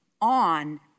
on